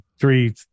three